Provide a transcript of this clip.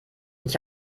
ich